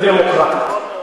זה לא צריך להיות,